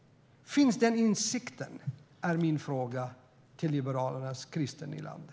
Finns den insikten? Det är min fråga till Liberalernas Christer Nylander.